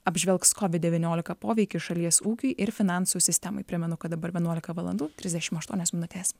apžvelgs kovid devyniolika poveikį šalies ūkiui ir finansų sistemai primenu kad dabar vienuolika valandų trisdešimt aštuonios minutės